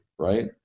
right